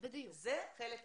זה חלק אחד.